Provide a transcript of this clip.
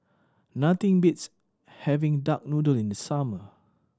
nothing beats having duck noodle in the summer